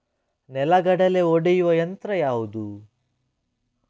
ನೆಲಗಡಲೆ ಒಡೆಯುವ ಯಂತ್ರ ಯಾವುದು?